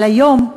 אבל היום,